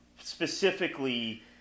specifically